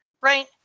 right